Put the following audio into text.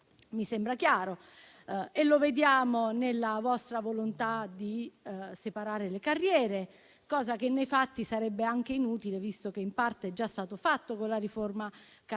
Mi sembra chiaro e lo vediamo nella vostra volontà di separare le carriere, cosa che nei fatti sarebbe anche inutile visto che in parte è già stato fatto con la riforma Cartabia